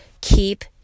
Keep